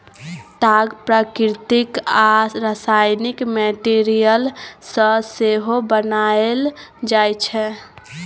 ताग प्राकृतिक आ रासायनिक मैटीरियल सँ सेहो बनाएल जाइ छै